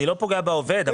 אני לא פוגע בעובד,